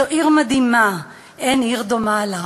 זאת עיר מדהימה, אין עיר דומה לה.